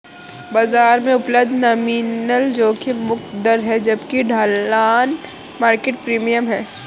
बाजार में उपलब्ध नॉमिनल जोखिम मुक्त दर है जबकि ढलान मार्केट प्रीमियम है